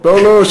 לא.